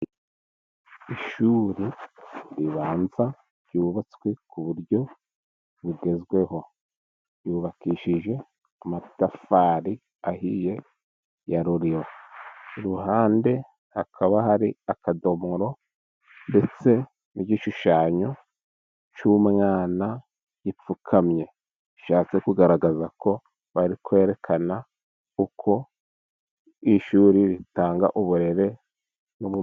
Ishuri ribanza ryubatswe ku buryo bugezweho, ryubakishije amatafari ahiye ya Ruriba. Ku ruhande hakaba hari akadomoro, ndetse n'igishushanyo cy'umwana upfukamye, bishatse kugaragaza ko bari kwerekana uko ishuri ritanga uburere n'ubu...